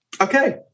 Okay